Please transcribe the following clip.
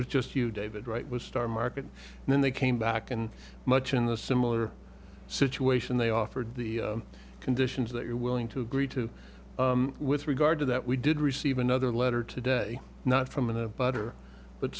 was just you david wright was star mark and then they came back and much in the similar situation they offered the conditions that you're willing to agree to with regard to that we did receive another letter today not from the butter but